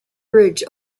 bridge